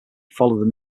followed